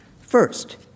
First